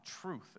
truth